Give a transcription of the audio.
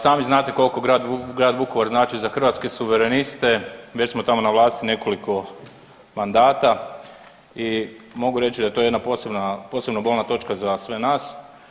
Sami znate koliko grad Vukovar znači za Hrvatske suvereniste, već smo tamo na vlasti nekoliko mandata i mogu reći da je to jedna posebno bolna točka za sve nas.